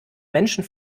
menschen